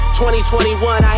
2021